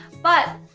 but,